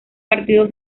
partido